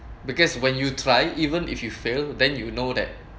because when you try even if you fail then you will know that